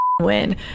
win